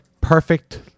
perfect